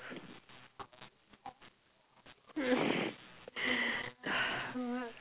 hmm